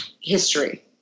history